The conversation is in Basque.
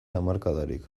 hamarkadarik